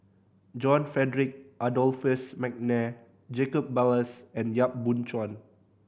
John Frederick Adolphus McNair Jacob Ballas and Yap Boon Chuan